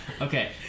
Okay